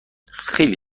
خیلی